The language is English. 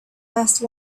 asked